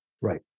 Right